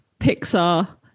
Pixar